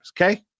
Okay